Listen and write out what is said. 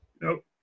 Nope